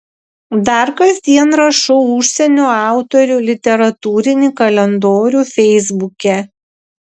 dar kasdien rašau užsienio autorių literatūrinį kalendorių feisbuke